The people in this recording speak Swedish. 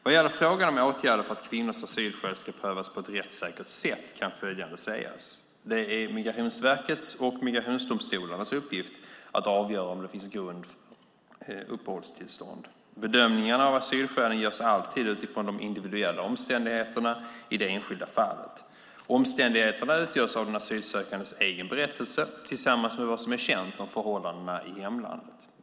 Vad gäller frågan om åtgärder för att kvinnors asylskäl ska prövas på ett rättssäkert sätt kan följande sägas. Det är Migrationsverkets och migrationsdomstolarnas uppgift att avgöra om det finns grund för uppehållstillstånd. Bedömningarna av asylskälen görs alltid utifrån de individuella omständigheterna i det enskilda fallet. Omständigheterna utgörs av den asylsökandes egen berättelse tillsammans med vad som är känt om förhållandena i hemlandet.